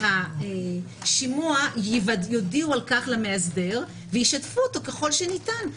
שהשימוע יודיעו על כך למאסדר וישתפו אותו ככל הניתן.